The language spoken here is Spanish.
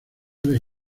les